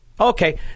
Okay